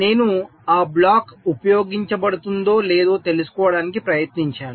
నేను ఆ బ్లాక్ ఉపయోగించబడుతుందో లేదో తెలుసుకోవడానికి ప్రయత్నించాను